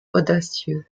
audacieux